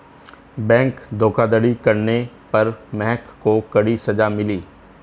bank धोखाधड़ी करने पर महक को कड़ी सजा मिली